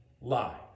lie